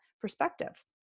perspective